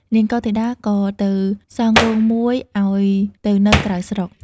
នាងកុលធីតា ក៏ទៅសង់រោងមួយឲ្យទៅនៅក្រៅស្រុក។